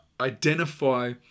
identify